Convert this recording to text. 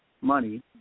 money